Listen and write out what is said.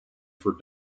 for